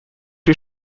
les